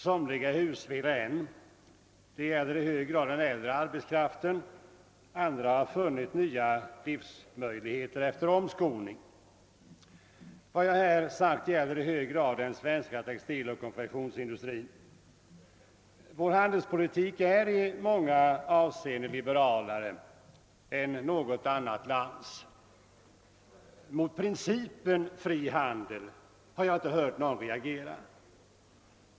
Somliga är husvilla — det gäller i hög grad den äldre arbetskraften — andra har funnit nya livsmöjligheter efter omskolning. Vad jag här säger gäller i hög grad den svenska textiloch konfektionsindustrin. Vår handelspolitik är i många avseenden liberalare än något annat lands. Mot principen frihandel har jag inte hört någon reagera.